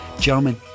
Gentlemen